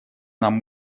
нам